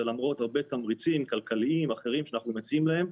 למרות הרבה תמריצים כלכליים ואחרים שאנחנו מציעים להם,